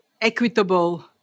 equitable